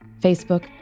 Facebook